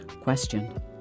questioned